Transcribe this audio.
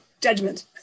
judgment